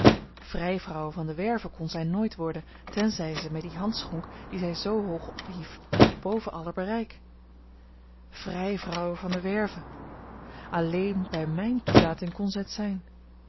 vrijvrouwe van de werve kon zij nooit worden tenzij ze mij die hand schonk die zij zoo hoog ophief boven aller bereik vrijvrouwe van de werve alleen bij mijne toelating kon zij